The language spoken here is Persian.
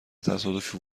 تصادفی